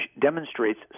demonstrates